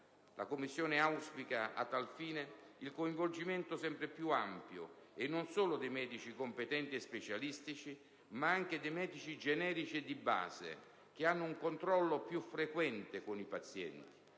La Commissione auspica a tal fine il coinvolgimento sempre più ampio non solo dei medici competenti e specialistici, ma anche dei medici generici e di base, che hanno un controllo più frequente con i pazienti.